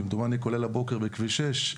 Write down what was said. כמדומני כולל הבוקר בכביש 6,